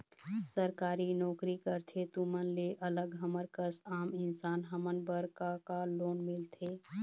सरकारी नोकरी करथे तुमन ले अलग हमर कस आम इंसान हमन बर का का लोन मिलथे?